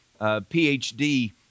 PhD